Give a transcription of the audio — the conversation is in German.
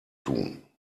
tun